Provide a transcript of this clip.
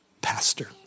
pastor